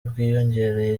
bwiyongereye